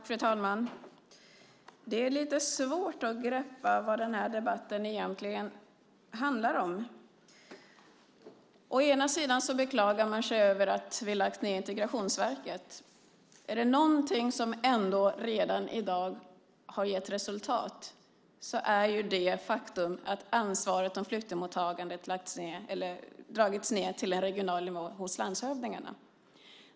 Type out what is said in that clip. Fru talman! Det är lite svårt att greppa vad den här debatten egentligen handlar om. Man beklagar sig över att vi har lagt ned Integrationsverket. Är det någonting som har gett resultat redan i dag är det det faktum att ansvaret för flyktingmottagandet lagts på den regionala nivån hos landshövdingarna.